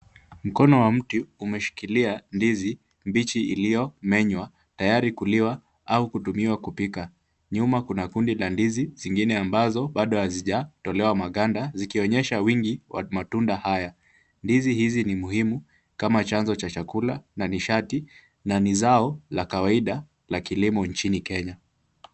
Mkono wa mtu umeshikilia ndizi mbichi iliyomenywa tayari kuliwa au kutumiwa kupika. Nyuma kuna kundi la ndizi zingine ambazo bado hazijatolewa maganda, zikionyesha wingi wa matunda haya. Ndizi hizi ni muhimu kama chanzo cha chakula na ni shati na ni zao la kawaida nchini Kenya.